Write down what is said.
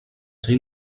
ser